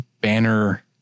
banner